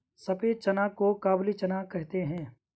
सफेद चना को काबुली चना कहते हैं